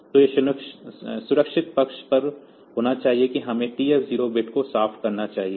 तो यह सुरक्षित पक्ष पर होना चाहिए हमें TF0 बिट को साफ करना चाहिए